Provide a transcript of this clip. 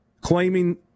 claiming